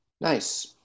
Nice